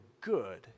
good